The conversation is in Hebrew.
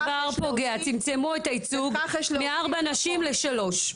זה כבר פוגע, צמצמו את הייצוג מארבע נשים לשלוש.